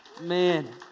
Man